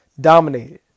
dominated